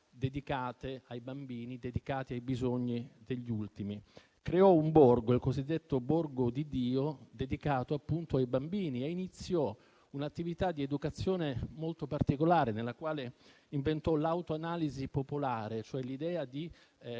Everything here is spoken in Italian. dedicate ai bambini e ai bisogni degli ultimi. Creò un borgo, il cosiddetto Borgo di Dio, dedicato appunto ai bambini, e iniziò un'attività di educazione molto particolare nella quale inventò l'autoanalisi popolare, cioè l'idea di